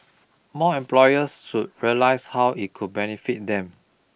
more employers should realise how it could benefit them